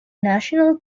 national